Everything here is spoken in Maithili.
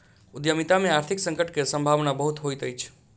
उद्यमिता में आर्थिक संकट के सम्भावना बहुत होइत अछि